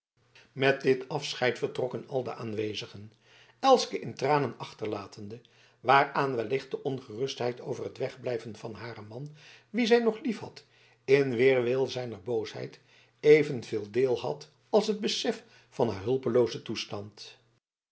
met dit afscheid vertrokken al de aanwezigen elske in tranen achterlatende waaraan wellicht de ongerustheid over het wegblijven van haren man wien zij nog liefhad in weerwil zijner boosheid evenveel deel had als het besef van haar hulpeloozen toestand